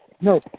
No